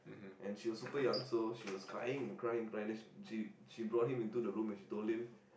and she was super young so she was crying and crying and crying then she she brought him into the room and she told him